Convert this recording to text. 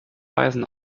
weisen